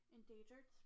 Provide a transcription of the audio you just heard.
Endangered